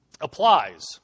applies